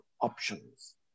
options